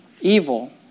evil